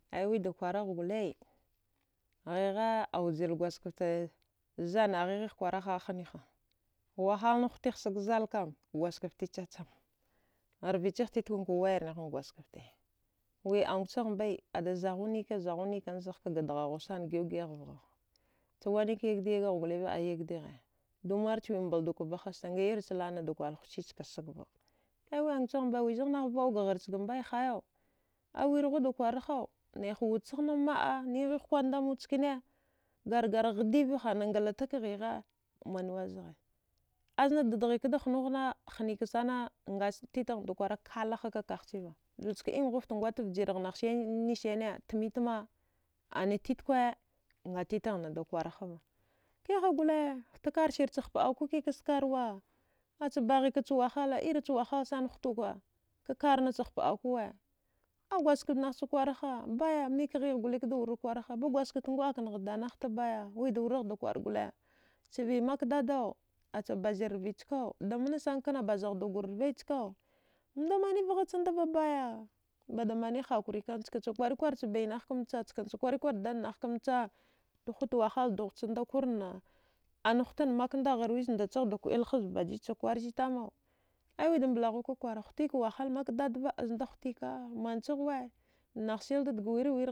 Aiwida kwaragh gole ghigha aujil gwadjgaft zanaghig kwara hahani ha wahalna hutegh sagzalkam gwadjgaft titnwa chacham rvi chagh titkwankwa wayarnighan gwadjgasfte wi angchaghbe ada zaghunika zaghunikan zaghkaga dghughusana ghiəu giəagh vgha chawainik yagdi yigagh gole va dumar chwi mbalduka hasta anga irich la. a da kwar chuchichka sagva aya wi əaugchaghba wizagh nacha vaəuga gharchga mbai hayau awirghuda kwarahau naiha wudchaghna ma. a ninghin kwandamu chkane dardara ghdivahana nglatak ghighe wanwe zgha aznada dghikada hznuhna da hnika nga titaghnada kwara kala ha hniva jijka inghudafta vjiraghnahsane nasani gwatanne tmitma ana titkwa ngatitaghnada kwara hava aya kiha gole ftkarsircha hpaəako kika skarwa acha baghikach wahala irich wahalsana hutuka kakarnacha hpəakuwa a gwadjgaft nahcha waraha baya mikghigh gole kda kwaraha ba gwadjgaft nguəaknagha danaghta baya wida wuraghda kwar gole chvimakdada acha bazil rvichkau damansan kna bazaghdugwar vrvee skau mda mani vghachandava baya bada mani hakurika nchkcha kwarikwar chbainagh kamcha chkancha kwarikwarcha dadnagh kamcha dahutwahal dughchanda kurna ana hutan makamda gharwis ndachaghda kuəile hazbajijicha kwarchitamau aiwida mblaghukakwara, hutika wahal makdadva znda hutika manchaghwe nasildadga wirewir